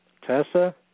Tessa